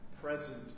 present